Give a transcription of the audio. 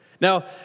Now